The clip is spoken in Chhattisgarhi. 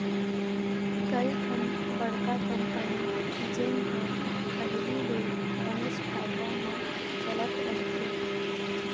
कइठन बड़का कंपनी जेन ह पहिली ले बनेच फायदा म चलत रहिथे